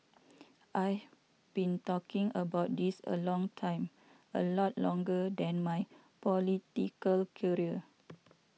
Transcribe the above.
I've been talking about this a long time a lot longer than my political career